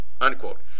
unquote